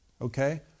Okay